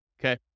Okay